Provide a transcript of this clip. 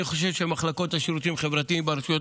אני חושב שמחלקות השירותים החברתיים ברשויות